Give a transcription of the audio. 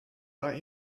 are